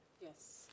Yes